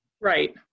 Right